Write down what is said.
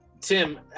Tim